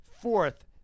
fourth